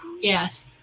yes